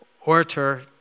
orator